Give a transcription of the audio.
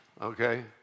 okay